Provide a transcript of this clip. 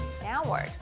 downward